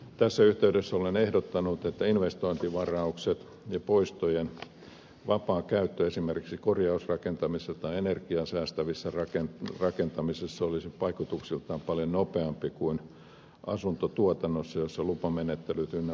tässä yhteydessä olen ehdottanut että investointivaraukset ja poistojen vapaa käyttö esimerkiksi korjausrakentamisessa tai energiaa säästävässä rakentamisessa olisivat vaikutuksiltaan paljon nopeampia kuin asuntotuotannossa jossa lupamenettelyt ynnä muuta